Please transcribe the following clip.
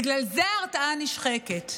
בגלל זה ההרתעה נשחקת.